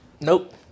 Nope